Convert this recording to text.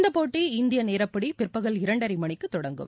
இந்தப்போட்டி இந்திய நேரப்படி பிற்பகல் இரண்டரை மணிக்கு தொடங்கும்